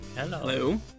hello